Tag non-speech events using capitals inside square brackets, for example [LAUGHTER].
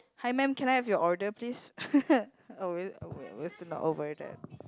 hi ma'am can I have your order please [LAUGHS] oh we're we're we still not over that